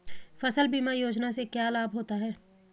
फसल बीमा योजना से क्या लाभ होता है?